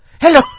hello